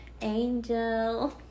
angel